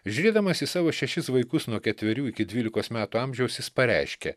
žiūrėdamas į savo šešis vaikus nuo ketverių iki dvylikos metų amžiaus jis pareiškė